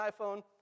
iPhone